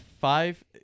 Five